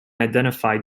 identify